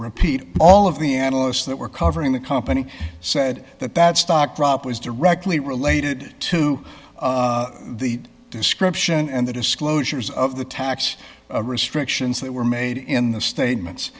repeat all of the analysts that were covering the company said that that stock drop was directly related to the description and the disclosures of the tax restrictions that were made in the statements